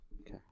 Okay